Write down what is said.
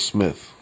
Smith